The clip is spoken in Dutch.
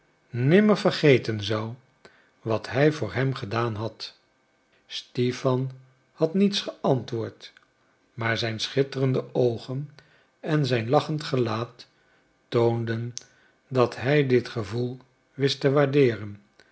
nimmer vergeten zou wat hij voor hem gedaan had stipan had niets geantwoord maar zijn schitterende oogen en zijn lachend gelaat toonden dat hij dit gevoel wist te waardeeren